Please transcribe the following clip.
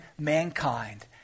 mankind